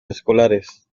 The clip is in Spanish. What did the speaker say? escolares